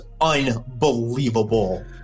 unbelievable